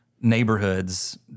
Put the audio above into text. neighborhoods